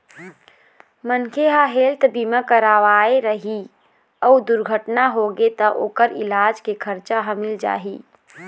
मनखे ह हेल्थ बीमा करवाए रही अउ दुरघटना होगे त ओखर इलाज के खरचा ह मिल जाही